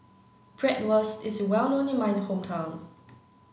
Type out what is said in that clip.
bratwurst is well known in my hometown